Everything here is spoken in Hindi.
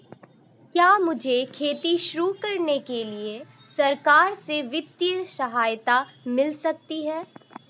क्या मुझे खेती शुरू करने के लिए सरकार से वित्तीय सहायता मिल सकती है?